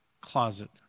closet